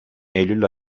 eylül